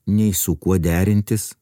nei su kuo derintis